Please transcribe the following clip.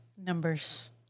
numbers